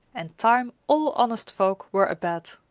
and time all honest folk were abed.